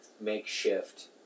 makeshift